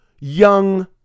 young